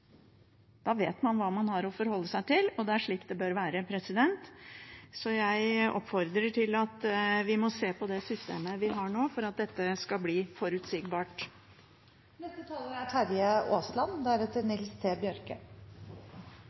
Da vet man hva man har å forholde seg til, og det er slik det bør være. Så jeg oppfordrer til at vi må se på det systemet vi har nå, for at dette skal bli